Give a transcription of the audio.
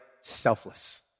selfless